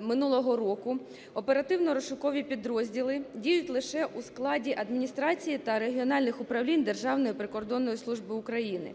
минулого року оперативно-розшукові підрозділи діють лише у складі адміністрації та регіональних управлінь Державної прикордонної служби України,